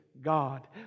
God